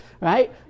right